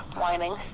whining